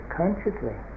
consciously